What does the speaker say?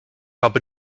habe